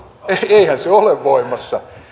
eihän se ole voimassa